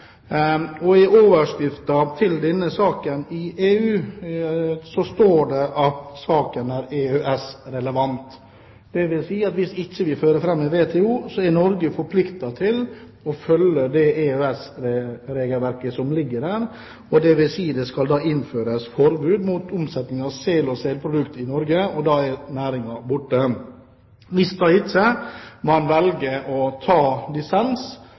WTO-systemet. I overskriften til denne saken i EU står det at saken er EØS-relevant. Hvis dette ikke fører fram i WTO, er Norge forpliktet til å følge EØS-regelverket her. Det vil si at det innføres forbud mot omsetning av sel og selprodukter i Norge, og da er næringen borte – hvis man ikke velger å ta dissens